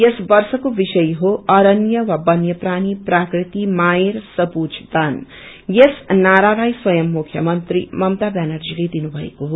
यस वर्षको विषय हो अरण्य वा वन्यप्राण प्रकृति माँएर सबूज दान यस नारालाई स्वयम मुख्यमंत्री ममता व्यानर्जीले दिनुभएको हो